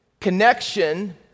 Connection